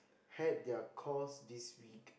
had their course this week